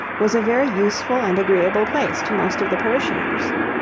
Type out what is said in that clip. was a very useful and agreeable place to most of the parishioners.